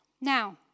Now